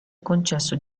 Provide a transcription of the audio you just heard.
concesso